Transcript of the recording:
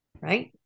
right